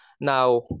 Now